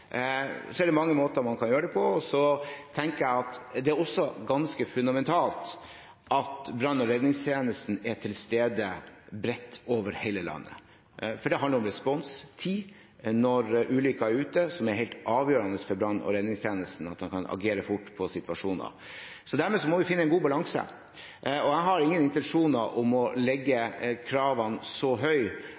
Det er mange måter man kan gjøre det på. Jeg tenker at det er også ganske fundamentalt at brann- og redningstjenesten er til stede bredt, over hele landet. Det handler om responstid når ulykken er ute, noe som er helt avgjørende for at brann- og redningstjenesten kan agere fort på situasjoner. Dermed må vi finne en god balanse. Jeg har ingen intensjoner om å sette så høye krav at det er til hinder for rekruttering av frivillige, det ville i så